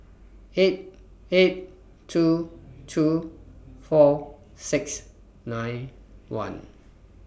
eight eight two two four six nine one